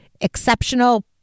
exceptional